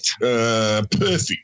Perfect